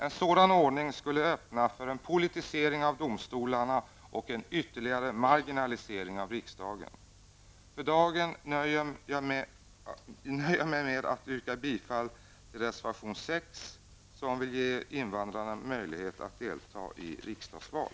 En sådan ordning skulle öppna för en politisering av domstolarna och en ytterligare marginalisering av riksdagen. För dagen nöjer jag mig med att yrka bifall till reservation 6, där vi vill ge invandrare möjlighet att delta i riksdagsval.